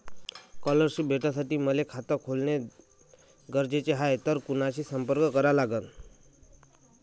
Scholarship भेटासाठी मले खात खोलने गरजेचे हाय तर कुणाशी संपर्क करा लागन?